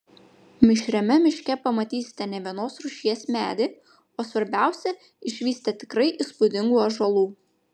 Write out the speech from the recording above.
mišriame miške pamatysite ne vienos rūšies medį o svarbiausia išvysite tikrai įspūdingų ąžuolų